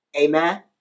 Amen